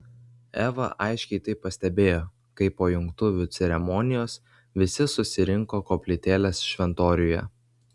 eva aiškiai tai pastebėjo kai po jungtuvių ceremonijos visi susirinko koplytėlės šventoriuje